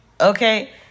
Okay